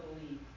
believe